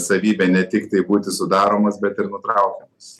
savybę ne tiktai būti sudaromas bet ir nutraukiamas